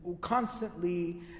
constantly